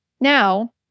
Now